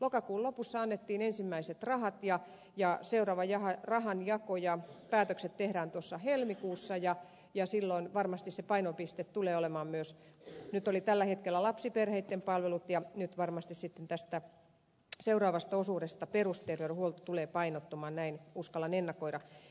lokakuun lopussa annettiin ensimmäiset rahat ja seuraava rahanjako ja päätökset tehdään helmikuussa ja silloin varmasti se painopiste tulee olemaan kun nyt tällä hetkellä oli lapsiperheitten palvelut sitten tässä seuraavassa osuudessa perusterveydenhuolto näin uskallan ennakoida